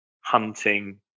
hunting